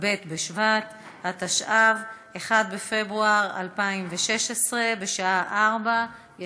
כ"ב בשבט התשע"ו, 1 בפברואר 2016, בשעה 16:00.